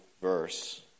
verse